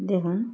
দেখুন